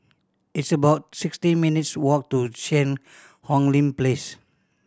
it's about sixty minutes' walk to Cheang Hong Lim Place